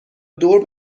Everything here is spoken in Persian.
دور